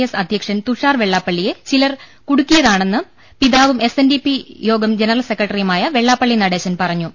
S അധ്യക്ഷൻ തുഷാർ വെള്ളാപ്പള്ളിയെ ചിലർ കുടുക്കിയതാണെന്ന് പിതാവും S N D P Yogam general സെക്രട്ടറിയുമായ വെള്ളാപ്പള്ളി നടേശൻ പറഞ്ഞു